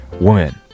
woman